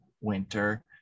winter